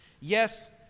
Yes